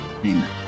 Amen